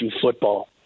football